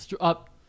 up